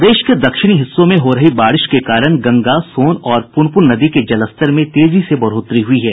प्रदेश के दक्षिणी हिस्सों में हो रही बारिश के कारण गंगा सोन और पुनपुन नदी के जलस्तर में तेजी से बढ़ोत्तरी हुई है